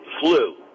flu